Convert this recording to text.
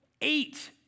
eight